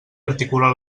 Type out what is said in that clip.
articular